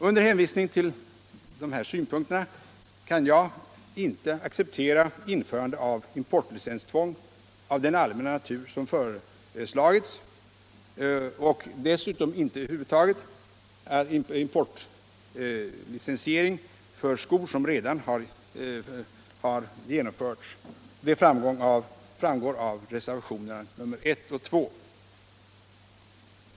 Under hänvisning till dessa synpunkter kan jag inte acceptera införande av importlicenstvång av den allmänna natur som föreslagits — och dessutom inte över huvud taget importlicensiering för skor, som redan har genomförts. Detta framgår av reservationerna 1 och 2.